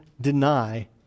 deny